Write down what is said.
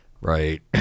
right